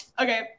Okay